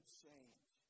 change